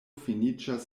finiĝas